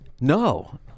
No